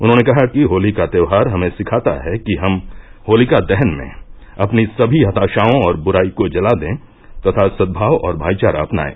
उन्होंने कहा कि होली का त्योहार हमें सिखाता है कि हम होलिका दहन में अपनी सभी हताशाओं और बुराई को जला दें तथा सद्भाव और भाईचारा अपनाएं